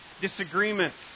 disagreements